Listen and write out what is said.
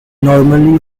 normally